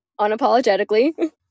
unapologetically